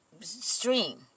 stream